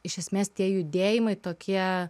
iš esmės tie judėjimai tokie